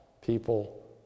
people